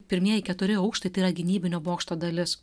pirmieji keturi aukštai tai yra gynybinio bokšto dalis